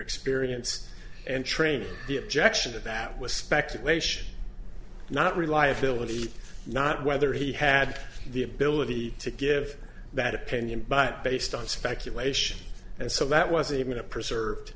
experience and training the objection to that was speculation not reliability not whether he had the ability to give that opinion but based on speculation and so that was even a preserved